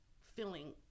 filling